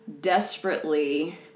desperately